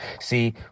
See